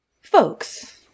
Folks